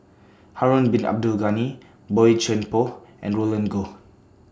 Harun Bin Abdul Ghani Boey Chuan Poh and Roland Goh